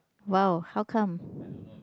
!wow! how come